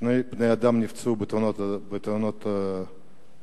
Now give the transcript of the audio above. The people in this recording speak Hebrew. שני בני אדם נפצעו בתאונות דרכים,